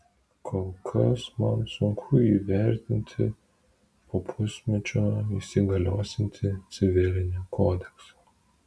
kol kas man sunku įvertinti po pusmečio įsigaliosiantį civilinį kodeksą